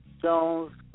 Jones